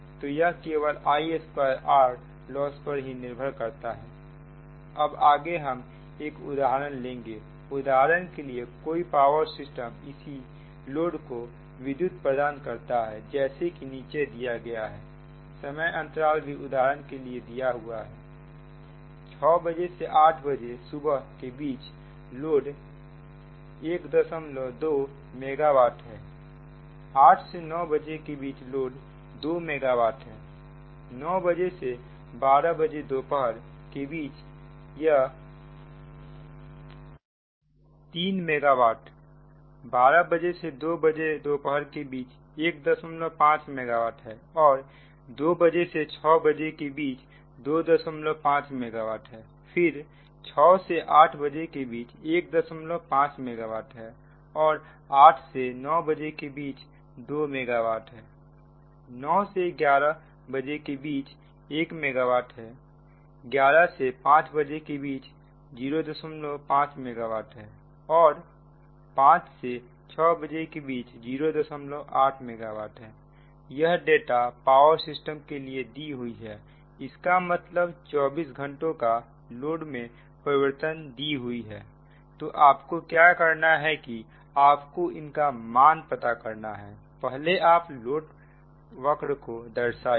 तो यह केवल i2 R लॉस पर ही निर्भर करता है अब आगे हम एक उदाहरण लेंगे उदाहरण के लिए कोई पावर सिस्टम इसी लोड को विद्युत प्रदान करता है जैसा कि नीचे दिया गया है समय अंतराल भी उदाहरण के लिए दिया हुआ है 600 से 800 am के दौरान लोड 12 मेगा वाट है 800 से 900 am के बीच लोड 2 मेगावाट है 900 am से 12pm के बीच यह कहता है 3 मेगा वाट 12 pm से 200 pm के बीच 15 मेगावाट है और 200 pm से 600 pm के बीच 25 मेगावाट है फिर 600 pm से 800 pm के बीच 15 मेगावाट है और 800 pm से 900 pm के बीच 2 मेगावाट है 900 pm से 1100 pm के बीच 1 मेगावाट है 2300 pm से 500 am के बीच में 05 मेगा वाट है और 500 am से 600 am के बीच 08 मेगावाट है यह डाटा पावर सिस्टम के लिए दी हुई है इसका मतलब 24 घंटों का लोड में परिवर्तन दी हुई है तो आपको क्या करना है कि आपको इनका मान पता करना है पहले आप लोडवक्र को दर्शाए